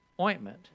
ointment